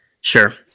Sure